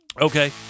Okay